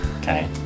Okay